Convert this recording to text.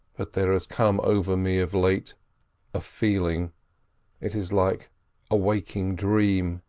but there has come over me of late a feeling it is like a waking dream.